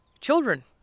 children